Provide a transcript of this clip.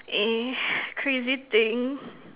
eh crazy thing